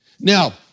Now